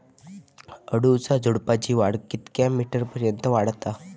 अडुळसा झुडूपाची वाढ कितक्या मीटर पर्यंत वाढता?